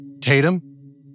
Tatum